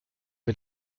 wir